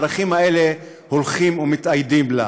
הערכים האלה הולכים ומתאיידים להם.